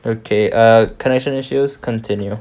okay err connection issues continue